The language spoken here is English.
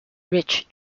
rich